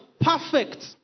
perfect